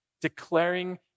declaring